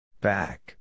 Back